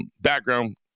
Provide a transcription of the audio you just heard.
background